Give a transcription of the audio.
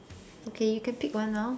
okay you can pick one now